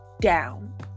down